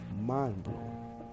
Mind-blowing